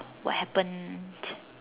what happened